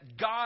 God